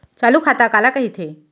चालू खाता काला कहिथे?